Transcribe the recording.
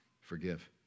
forgive